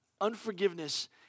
Unforgiveness